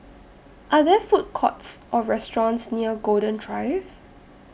Are There Food Courts Or restaurants near Golden Drive